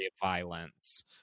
violence